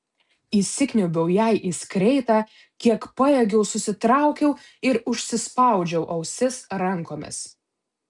įsikniaubiau jai į skreitą kiek pajėgiau susitraukiau ir užsispaudžiau ausis rankomis